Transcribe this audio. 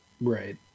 Right